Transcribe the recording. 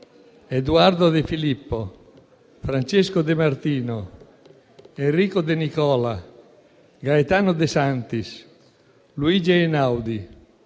Eduardo De Filippo, Francesco De Martino, Enrico De Nicola, Gaetano De Sanctis, Luigi Einaudi,